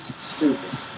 Stupid